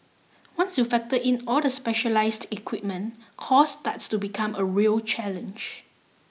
once you factor in all of the specialised equipment cost starts to become a real challenge